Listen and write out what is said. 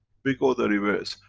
we go the reverse,